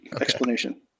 explanation